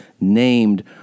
named